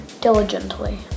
diligently